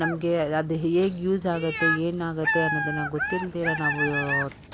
ನಮಗೆ ಅದು ಹೇಗೆ ಯೂಸಾಗುತ್ತೆ ಏನಾಗುತ್ತೆ ಅನ್ನೋದನ್ನು ಗೊತ್ತಿಲ್ದಿರೇ ನಾವು